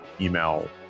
email